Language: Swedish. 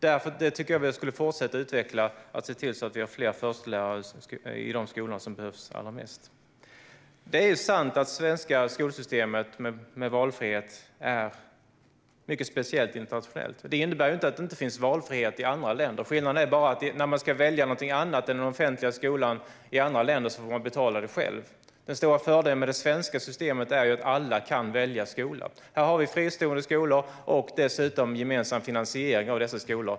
Jag tycker att vi borde fortsätta utveckla detta och se till att vi har fler förstelärare i de skolor där de behövs allra mest. Det är sant att det svenska skolsystemet med valfrihet är mycket speciellt internationellt. Det innebär inte att det inte finns valfrihet i andra länder; skillnaden är bara att man i andra länder får betala själv om man väljer något annat än den offentliga skolan. Den stora fördelen med det svenska systemet är ju att alla kan välja skola. Här har vi fristående skolor och dessutom gemensam finansiering av dessa skolor.